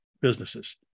Businesses